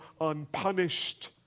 unpunished